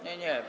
Nie, nie.